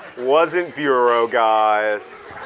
wasn't bureau guys.